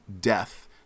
death